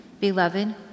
Beloved